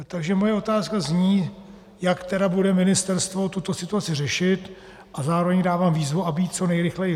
Takže moje otázka zní, jak bude ministerstvo tuto situaci řešit, a zároveň dávám výzvu, aby ji řešilo co nejrychleji.